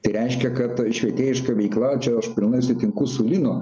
tai reiškia kad švietėjiška veikla čia aš pilnai sutinku su linu